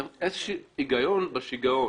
צריך שיהיה הגיון בשיגעון.